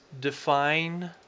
define